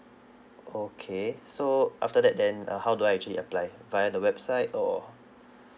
okay so after that then uh how do I actually apply via the website or